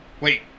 Wait